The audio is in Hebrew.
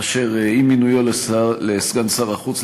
אשר עם מינויו לסגן שר החוץ,